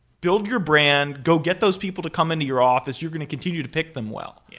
build your brand. go get those people to come into your office. you're going to continue to pick them well. yeah